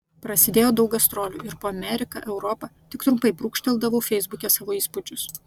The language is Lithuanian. prasidėjo daug gastrolių ir po ameriką europą tik trumpai brūkšteldavau feisbuke savo įspūdžius